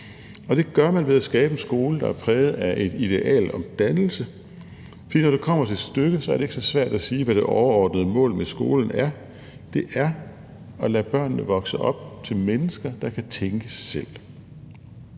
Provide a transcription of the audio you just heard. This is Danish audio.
Og det gør man ved at skabe en skole, der er præget af et ideal om dannelse, for når det kommer til stykket, er det ikke så svært at sige, hvad det overordnede mål med skolen er: Det er at lade børnene vokse op til mennesker, der kan tænke selv.